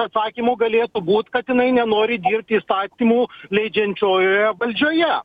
atsakymų galėjo būt kad jinai nenori dirbti įstatymų leidžiančioje valdžioje